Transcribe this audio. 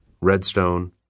Redstone